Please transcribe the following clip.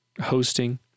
hosting